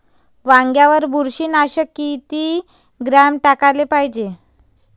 वांग्यावर बुरशी नाशक किती ग्राम टाकाले पायजे?